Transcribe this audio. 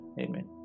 Amen